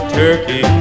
turkey